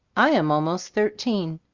i am almost thir teen.